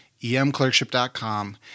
emclerkship.com